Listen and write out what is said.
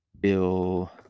Bill